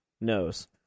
knows